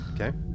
Okay